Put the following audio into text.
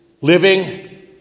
living